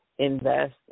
Invest